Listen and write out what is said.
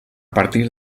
partir